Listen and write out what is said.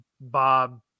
Bob